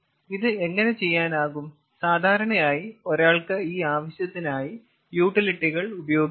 ഇത് എങ്ങനെ ചെയ്യാനാകും സാധാരണയായി ഒരാൾക്ക് ഈ ആവശ്യത്തിനായി യൂട്ടിലിറ്റികൾ ഉപയോഗിക്കാം